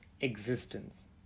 existence